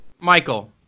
Michael